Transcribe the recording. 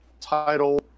title